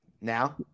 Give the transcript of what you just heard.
Now